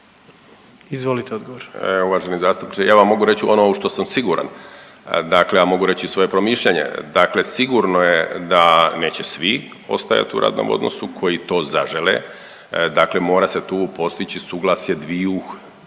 Juro** Uvaženi zastupniče, ja vam mogu reći ono u što sam siguran. Dakle, ja mogu reći i svoje promišljanje. Dakle, sigurno je da neće svi ostajat u radnom odnosu koji to zažele, dakle mora se tu postići suglasje dviju